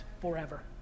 forever